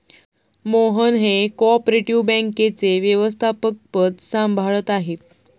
मोहन हे cooperative बँकेचे व्यवस्थापकपद सांभाळत आहेत